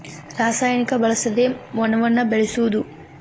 ರಸಾಯನಿಕ ಬಳಸದೆ ವನವನ್ನ ಬೆಳಸುದು